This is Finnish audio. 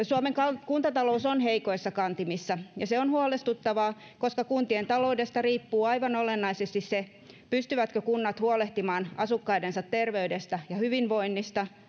suomen kuntatalous on heikoissa kantimissa ja se on huolestuttavaa koska kuntien taloudesta riippuu aivan olennaisesti se pystyvätkö kunnat huolehtimaan asukkaidensa terveydestä ja hyvinvoinnista